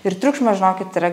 ir triukšmas žinokit yra